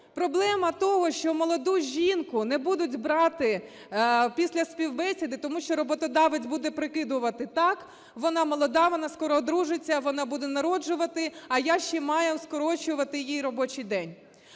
Проблема того, що молоду жінку не будуть брати після співбесіди, тому що роботодавець буде прикидувати: так, вона молода, вона скоро одружиться, вона буде народжувати, а я ще маю скорочувати їй робочий день.